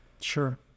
Sure